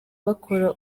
bakora